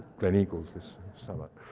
gleneagles this summer.